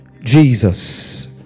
jesus